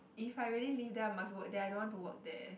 if I really live there I must work there I don't want to work there